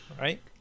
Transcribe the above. Right